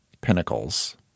pinnacles—